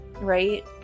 right